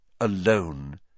alone